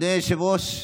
אדוני היושב-ראש,